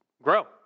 Grow